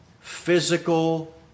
physical